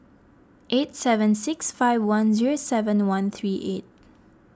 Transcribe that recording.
eight seven six five one zero seven one three eight